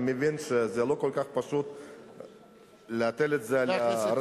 אני מבין שלא כל כך פשוט להטיל את זה על הרשויות,